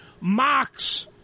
mocks